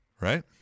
Right